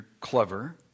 clever